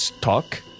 talk